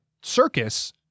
circus